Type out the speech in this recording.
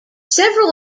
several